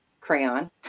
crayon